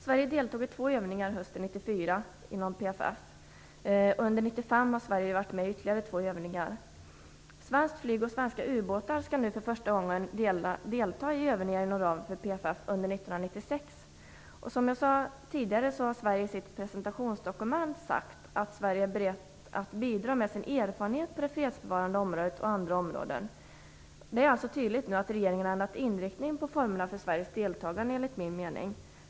Sverige deltog i två övningar hösten 1994 inom PFF. Under 1995 har Sverige varit med i ytterligare två övningar. Svenskt flyg och svenska ubåtar skall nu för första gången delta i övningar inom ramen för PFF under 1996. Som jag sade tidigare har Sverige i sitt presentationsdokument sagt att Sverige är berett att bidra med sin erfarenhet på det fredsbevarande området och på andra områden. Det är enligt min mening alltså tydligt att regeringen nu har ändrat inriktningen på formerna för Sveriges deltagande.